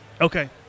Okay